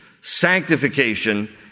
sanctification